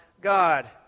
God